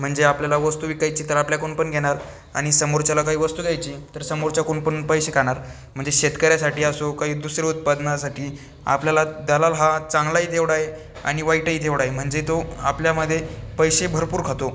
म्हणजे आपल्याला वस्तू विकायची तर आपल्याकून पण घेणार आणि समोरच्याला काही वस्तू द्यायची तर समोरच्याकून पण पैसे खाणार म्हणजे शेतकऱ्यासाठी असो काही दुसरं उत्पादनासाठी आपल्याला दलाल हा चांगलाही तेवढा आहे आणि वाईटही तेवढा आहे म्हणजे तो आपल्यामधे पैसे भरपूर खातो